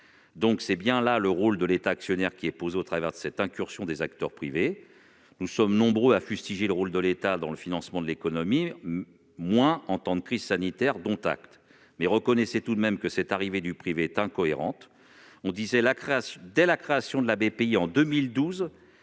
? La question du rôle de l'État actionnaire se pose au travers de cette incursion des acteurs privés. Nous sommes nombreux à fustiger le rôle de l'État dans le financement de l'économie ; nous le sommes un peu moins en temps de crise sanitaire- dont acte ! Reconnaissez tout de même que cette arrivée du privé est incohérente. Dès la création de la BPI, en 2012,